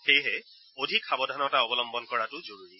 সেয়েহে অধিক সাৱধানতা অৱলম্বন কৰাটো জৰুৰী